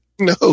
No